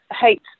hate